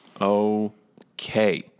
Okay